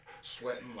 sweating